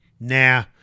nah